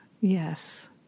yes